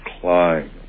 climb